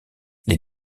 les